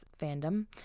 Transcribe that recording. fandom